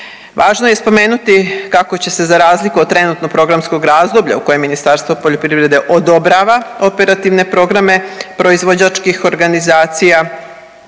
Važno je spomenuti kako će se za razliku od trenutno programskog razdoblja u kojem Ministarstvo poljoprivrede odobrava operativne programe proizvođačkih organizacija,